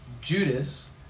Judas